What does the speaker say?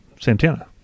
Santana